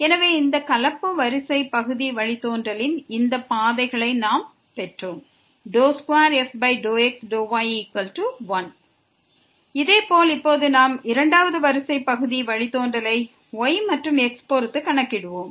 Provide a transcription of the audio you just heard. எனவே இந்த கலப்பு வரிசை பகுதி வழித்தோன்றலின் இந்த பாதைகளை நாங்கள் பெற்றோம் 2f∂x∂y1 இதேபோல் இப்போது நாம் இரண்டாவது வரிசை பகுதி வழித்தோன்றலை y மற்றும் x பொறுத்து கணக்கிடுவோம்